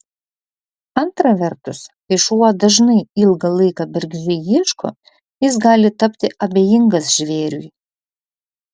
antra vertus kai šuo dažnai ilgą laiką bergždžiai ieško jis gali tapti abejingas žvėriui